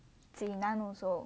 济南 also